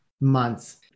months